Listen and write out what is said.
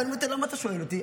ואמרתי לו: למה אתה שואל אותי?